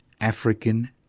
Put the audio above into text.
African